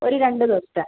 ഒരു രണ്ട് ദിവസത്തെ